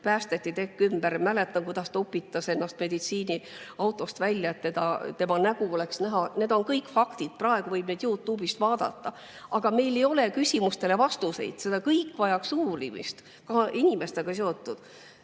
päästeti, tekk ümber. Mäletan, kuidas ta upitas ennast meditsiiniautost välja, et tema nägu oleks näha. Need on kõik faktid, praegu võib neid Youtube'ist vaadata. Aga meil ei ole küsimustele vastuseid, see kõik vajaks uurimist, ka inimestega seotud